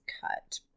cut